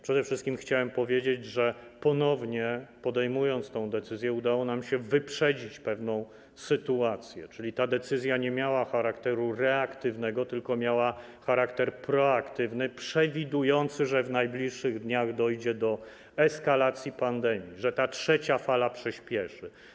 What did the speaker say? Przede wszystkim chciałbym powiedzieć, że ponownie, podejmując tę decyzję, udało nam się wyprzedzić pewną sytuację, czyli ta decyzja nie mała charakteru reaktywnego, tylko miała charakter proaktywny, przewidujący, że w najbliższych dniach dojdzie do eskalacji pandemii, że ta trzecia fala przyspieszy.